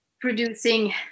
producing